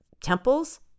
temples